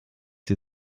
die